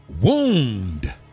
wound